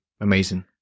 amazing